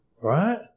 right